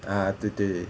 ya 对对